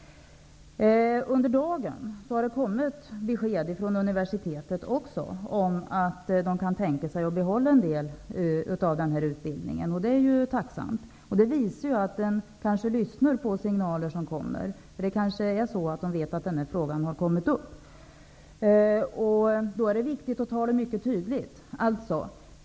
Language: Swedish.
Under dagen har det kommit besked från universitetet om att man kan tänka sig att behålla en del av den här utbildningen, och det är ju tacksamt att höra. Det visar att man kanske lyssnar på signaler som kommer. Man kanske vet att den här frågan har kommit upp. Då är det viktigt att tala mycket tydligt.